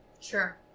Sure